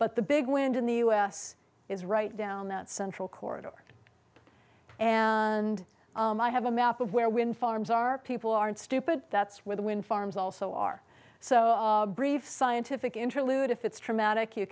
but the big wind in the u s is right down that central corridor and i have a map of where wind farms are people aren't stupid that's where the wind farms also are so brief scientific interlude if it's traumatic you